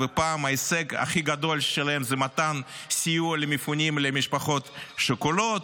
ופעם ההישג הכי גדול שלהם זה מתן סיוע למפונים ולמשפחות שכולות,